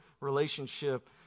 relationship